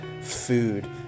food